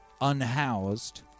unhoused